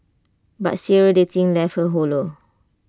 but serial dating left her hollow